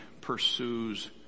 pursues